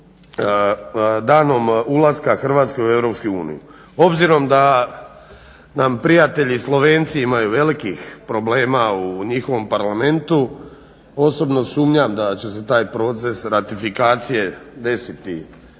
danom ulaska Hrvatske u EU. Obzirom da nam prijatelji Slovenci imaju velikih problema u njihovom parlamentu osobno sumnjam da će se taj proces ratifikacije desiti